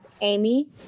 amy